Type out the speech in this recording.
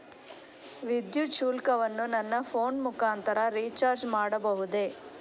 ವಿದ್ಯುತ್ ಶುಲ್ಕವನ್ನು ನನ್ನ ಫೋನ್ ಮುಖಾಂತರ ರಿಚಾರ್ಜ್ ಮಾಡಬಹುದೇ?